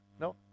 No